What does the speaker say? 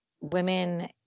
women